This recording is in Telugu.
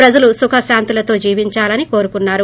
ప్రజలు సుఖ శాంతులతో జీవించాలని కోరుకున్నారు